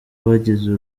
bagize